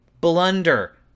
blunder